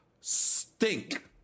stink